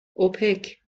اوپک